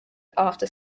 after